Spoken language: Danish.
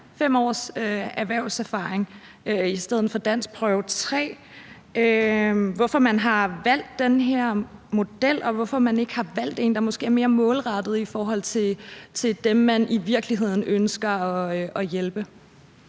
5 års erhvervserfaring i stedet for danskprøve3. Hvorfor har man valgt den her model, og hvorfor har man ikke valgt en, der måske er mere målrettet i forhold til dem, man i virkeligheden ønsker at hjælpe?